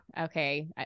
okay